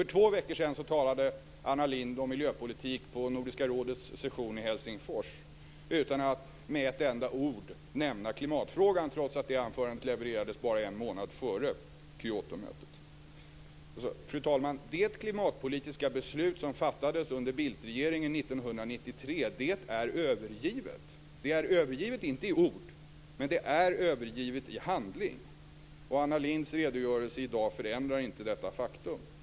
För två veckor sedan talade Anna Lindh om miljöpolitik vid Nordiska rådets session i Helsingfors utan att med ett enda ord nämna klimatfrågan, trots att anförandet levererades bara en månad före Kyotomötet. Fru talman! Det klimatpolitiska beslut som fattades under Bildtregeringen 1993 är övergivet. Det är inte övergivet i ord, men det är övergivet i handling. Anna Lindhs redogörelse i dag förändrar inte detta faktum.